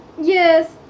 yes